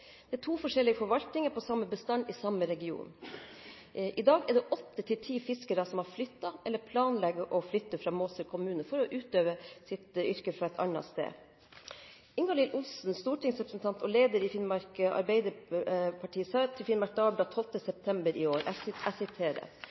Det er to forskjellige forvaltninger av samme bestand i samme region. I dag er det åtte–ti fiskere som har flyttet eller planlegger å flytte fra Måsøy kommune for å utøve sitt yrke fra et annet sted. Ingalill Olsen, stortingsrepresentant og leder i Finnmark Arbeiderparti, sa til Finnmark Dagblad 12. september i år: «Forvaltningen er begynnelsen på å avvikle kystflåteleddet i kommunen. Jeg